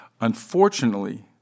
Unfortunately